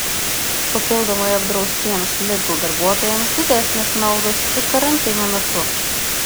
papildomai apdraustiems lidl darbuotojams didesnės naudos ir karantino metu